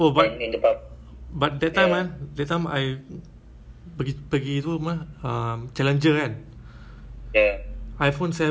oh but but that time kan that time I per~ pergi tu apa um challenger kan iphone seven